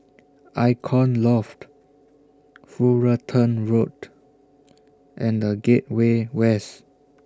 Icon Loft Fullerton Road and The Gateway West